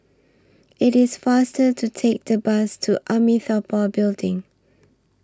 IT IS faster to Take The Bus to Amitabha Building